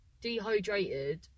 dehydrated